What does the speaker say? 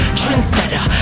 trendsetter